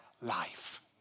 life